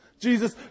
Jesus